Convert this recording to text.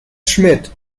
schmidt